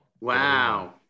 Wow